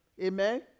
Amen